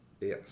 Yes